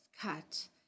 cut